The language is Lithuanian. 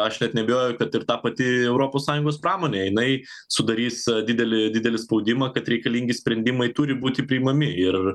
aš net neabejoju kad ir ta pati europos sąjungos pramonė jinai sudarys didelį didelį spaudimą kad reikalingi sprendimai turi būti priimami ir